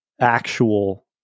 actual